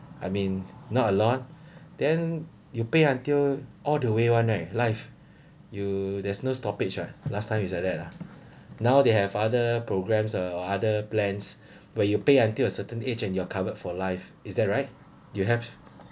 I mean not a lot then you pay until all the way one right life you there's no stoppage ah last time is like that lah now they have other programs or other plans where you pay until a certain age and you're covered for life is that right do you have